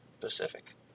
Pacific